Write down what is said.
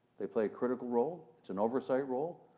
they play a critical role. it's an oversight role,